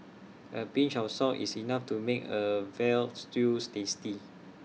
A pinch of salt is enough to make A Veal Stews tasty